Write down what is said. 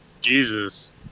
Jesus